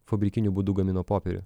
fabrikiniu būdu gamino popierių